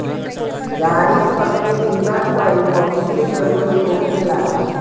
गाड़ी सब के बीमा कइल बहुते जरूरी होखेला